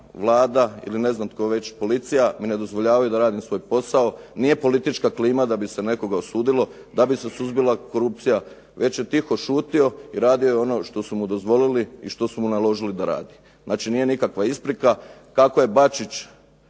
Vlada ili ne znam tko već, policija, mi ne dozvoljavaju da radim svoj posao. Nije politička klima da bi se nekoga osudilo, da bi se suzbila korupcija, već je tiho šutio i radio je ono što su mu dozvolili i što su mu naložili da radi. Znači nije nikakva isprika. Kako je Bačić